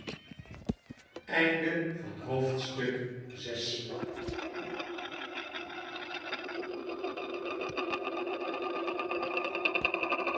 tonen van het